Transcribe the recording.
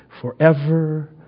forever